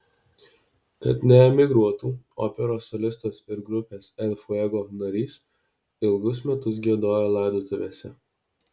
kad neemigruotų operos solistas ir grupės el fuego narys ilgus metus giedojo laidotuvėse